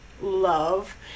love